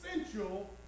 essential